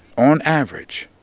on average,